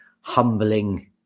humbling